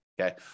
okay